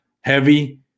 heavy